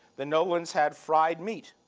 the nolan's had fried meat.